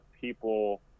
people